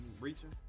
reaching